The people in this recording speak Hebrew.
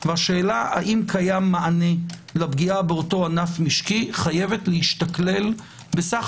והשאלה האם קיים מענה לפגיעה באותו ענף משקי חייבת להשתקלל בסך